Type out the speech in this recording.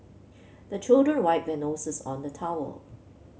the children wipe their noses on the towel